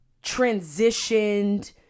transitioned